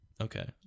okay